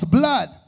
blood